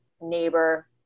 neighbor